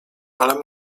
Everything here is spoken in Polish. ale